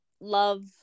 love